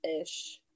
ish